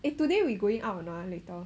eh today we going out or not ah later